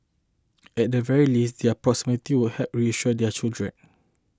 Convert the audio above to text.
at the very least their proximity would help reassure their children